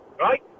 right